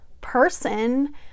person